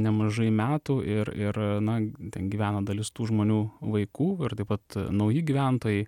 nemažai metų ir ir na ten gyvena dalis tų žmonių vaikų ir taip pat nauji gyventojai